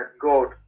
God